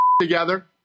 together